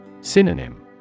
Synonym